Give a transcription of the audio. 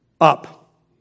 up